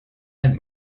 and